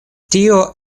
tio